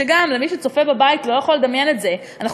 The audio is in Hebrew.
שגם מי שצופה בבית לא יכול לדמיין את זה: אנחנו